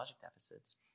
deficits